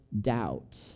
doubt